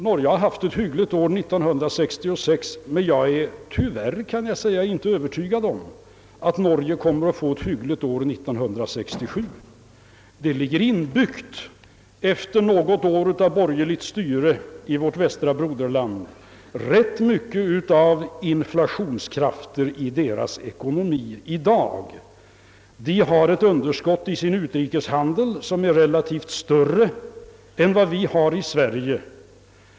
Norge har haft ett hyggligt år 1966, men jag är tyvärr inte övertygad om att Norge kommer att få ett hyggligt år 1967. Det ligger inbyggt efter något år av borgerligt styre i vårt västra broderland rätt mycket av inflationskrafter i deras ekonomi i dag. Norge har ett underskott i sin utrikeshandel som är relativt större än vad vi har i Sverige.